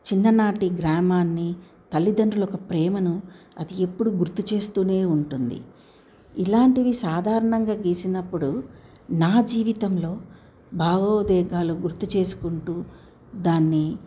చిన్ననాటి గ్రామాన్ని తల్లిదండ్రుల యొక్క ప్రేమను అది ఎప్పుడు గుర్తు చేస్తు ఉంటుంది ఇలాంటివి సాధారణంగా గీసినప్పుడు నా జీవితంలో భావోద్వేగాలు గుర్తు చేసుకుంటు దాన్ని